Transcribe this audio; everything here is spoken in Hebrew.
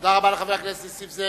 תודה רבה לחבר הכנסת נסים זאב.